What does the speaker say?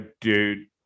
dude